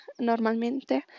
normalmente